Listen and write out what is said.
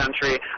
country